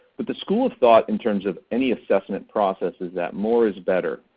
but the school of thought in terms of any assessment process is that more is better.